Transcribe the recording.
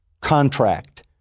contract